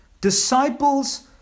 Disciples